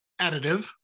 additive